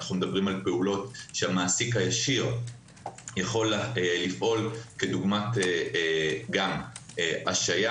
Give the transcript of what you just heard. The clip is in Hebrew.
על פעולות שהמעסיק הישיר יכול לפעול כדוגמת השעיה.